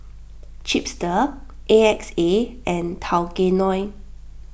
Chipster A X A and Tao Kae Noi